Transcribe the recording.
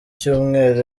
cyumweru